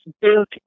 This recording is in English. built